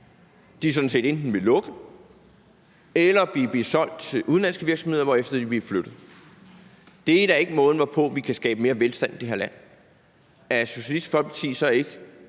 set enten vil lukke eller vil blive solgt til udenlandske virksomheder, hvorefter de vil blive flyttet. Det er da ikke måden, hvorpå vi kan skabe mere velstand i det her land, i forhold til at